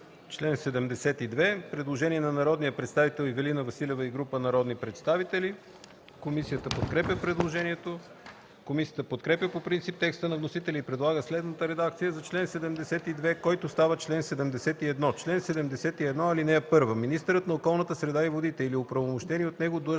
чл. 72 – предложение на Ивелина Василева и група народни представители. Комисията подкрепя предложението. Комисията подкрепя по принцип текста на вносителя и предлага следната редакция за чл. 72, който става чл. 71: „Чл. 71. (1) Министърът на околната среда и водите или оправомощени от него длъжностни